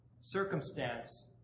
Circumstance